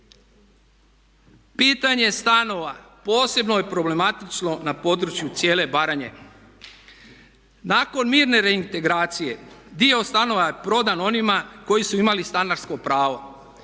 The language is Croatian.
Pitanje stanova posebno je problematično na području cijele Baranje. Nakon mirne reintegracije dio stanova je prodan onima koji su imali stanarsko pravo.